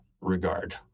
regard